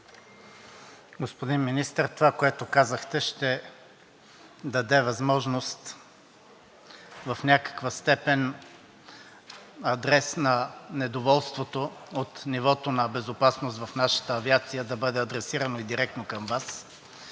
Господин Министър, това, което казахте, ще даде възможност в някаква степен адрес на недоволството от нивото на безопасност в нашата авиация да бъде адресирано и директно към Вас.